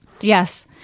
Yes